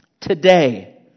Today